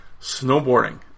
snowboarding